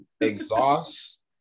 exhaust